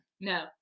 No